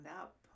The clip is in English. up